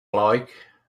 like